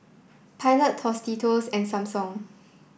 Pilot Tostitos and Samsung